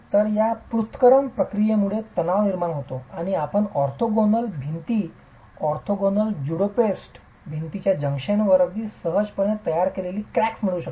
तर या पृथक्करण क्रियेमुळे तणाव निर्माण होतो आणि आपण ऑर्थोगोनल भिंती ऑर्थोगोनली ज्युस्टोस्पेज्ड भिंतींच्या जंक्शनवर अगदी सहजपणे तयार केलेली क्रॅक्स मिळवू शकता